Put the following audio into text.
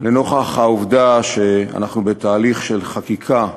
לנוכח העובדה שאנחנו בתהליך של חקיקה חדשה,